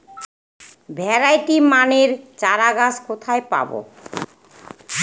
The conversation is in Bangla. ভ্যারাইটি মানের চারাগাছ কোথায় পাবো?